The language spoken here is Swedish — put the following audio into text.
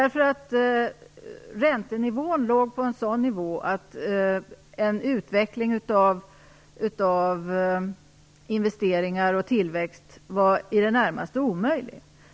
Räntenivån var sådan att en utveckling av investeringar och tillväxt var i det närmaste omöjlig.